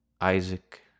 Isaac